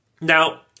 Now